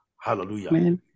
Hallelujah